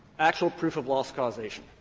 actual proof of loss causation,